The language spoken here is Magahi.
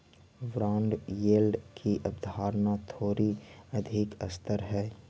बॉन्ड यील्ड की अवधारणा थोड़ी अधिक स्तर हई